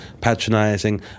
patronizing